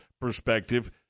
perspective